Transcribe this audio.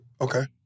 Okay